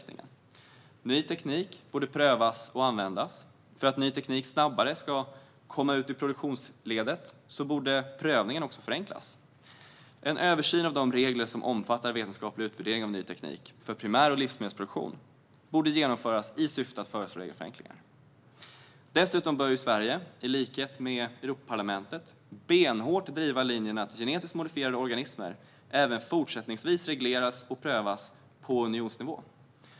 Ny teknik borde prövas och användas. För att ny teknik snabbare ska komma ut i produktionsledet borde prövningen också förenklas. En översyn av de regler som omfattar vetenskaplig utvärdering av ny teknik för primär och livsmedelsproduktion borde genomföras i syfte att föreslå regelförenklingar. Dessutom bör Sverige i likhet med Europaparlamentet benhårt driva linjen att genetiskt modifierade organismer även fortsättningsvis regleras och prövas på unionsnivå.